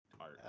art